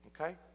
okay